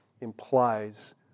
implies